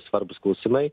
svarbūs klausimai